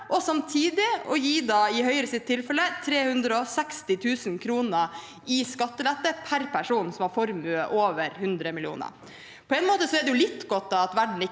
som man gir – i Høyres tilfelle – 360 000 kr i skattelette per person som har formue over 100 mill. kr. På en måte er det litt godt at verden ikke